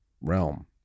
realm